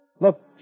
Look